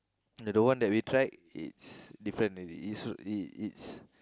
the the one that we tried it's different already it's